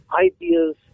ideas